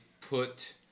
put